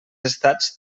estats